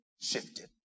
shifted